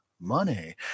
Money